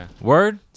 Word